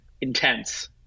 Intense